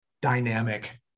dynamic